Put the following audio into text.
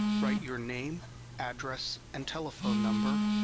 write your name address and telephone number,